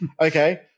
okay